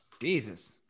Jesus